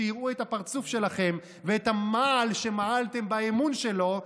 שיראו את הפרצוף שלכם ואת המעל שמעלתם באמון שלו,